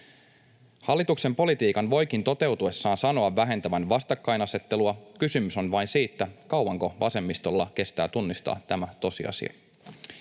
Hallituksen politiikan voikin toteutuessaan sanoa vähentävän vastakkainasettelua. Kysymys on vain siitä, kauanko vasemmistolla kestää tunnistaa tämä tosiasia.